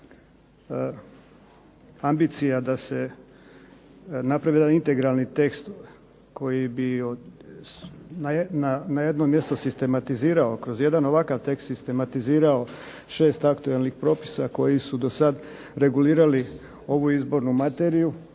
ambicija da se napravi jedan integralni tekst koji bi od, na jedno mjesto sistematizirao kroz jedan ovakav tekst sistematizirao 6 aktualnih propisa koji su dosad regulirali ovu izbornu materiju.